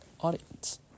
audience